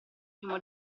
primo